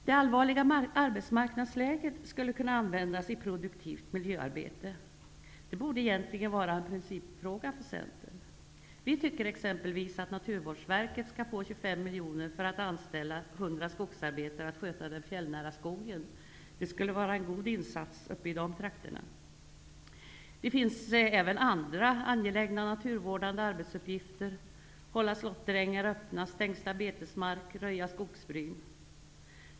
Det allvarliga arbetsmarknadsläget skulle kunna användas i produktivt miljöarbete. Det borde egentligen vara en principfråga för Centern. Vi tycker t.ex att Naturvårdsverket skall få 25 miljoner för att anställa 100 skogsarbetare att sköta den fjällnära skogen. Det skulle vara en god insats i dessa trakter. Det finns även andra angelägna naturvårdande arbetsuppgifter, t.ex. att hålla slåtterängar öppna, stängsla betesmark och röja skogsbryn.